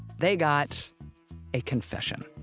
they got a confession.